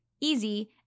easy